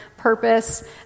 purpose